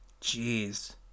Jeez